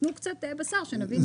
תנו קצת בשר כדי שנבין.